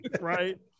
Right